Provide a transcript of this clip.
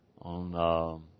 on